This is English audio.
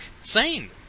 sane